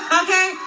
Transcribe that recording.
okay